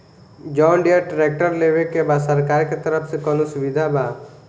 John Deere tractor लेवे के बा सरकार के तरफ से कौनो सुविधा बा?